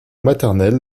maternelle